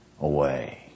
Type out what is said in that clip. away